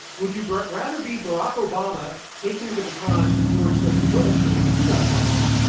would you but rather be barack obama taking the baton from george w. bush and what he left behind,